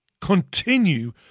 continue